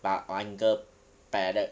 but under ballot